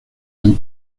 han